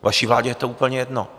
Vaší vládě je to úplně jedno.